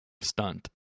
stunt